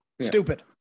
stupid